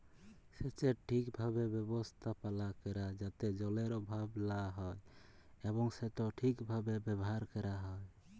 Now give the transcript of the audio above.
সেচের ঠিকভাবে ব্যবস্থাপালা ক্যরা যাতে জলের অভাব লা হ্যয় এবং সেট ঠিকভাবে ব্যাভার ক্যরা হ্যয়